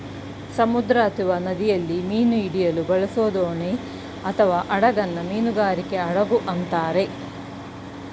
ಸಮುದ್ರ ಅಥವಾ ನದಿಯಲ್ಲಿ ಮೀನು ಹಿಡಿಯಲು ಬಳಸೋದೋಣಿಅಥವಾಹಡಗನ್ನ ಮೀನುಗಾರಿಕೆ ಹಡಗು ಅಂತಾರೆ